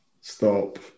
stop